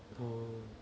oo